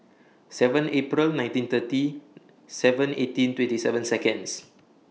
seven April nineteen thirty seven eighteen twenty seven Seconds